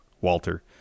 Walter